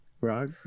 Rock